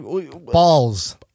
Balls